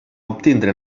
obtindre